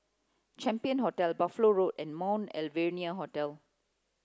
Champion Hotel Buffalo Road and Mount Alvernia Hospital